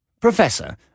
Professor